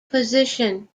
position